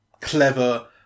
clever